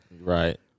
Right